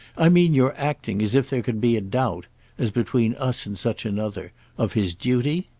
i mean your acting as if there can be a doubt as between us and such another of his duty?